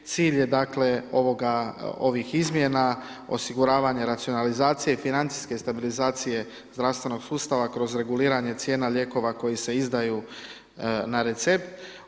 Cilj je dakle ovih izmjena osiguravanje racionalizacije i financijske stabilizacije zdravstvenog sustava kroz reguliranje cijena lijekova koji se izdaju na recept.